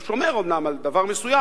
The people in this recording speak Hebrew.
הוא שומר אומנם על דבר מסוים,